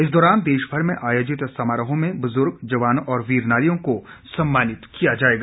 इस दौरान देश भर में आयोजित समारोहों में बुजुर्ग जवानों और वीर नारियों को सम्मानित किया जाएगा